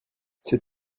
ces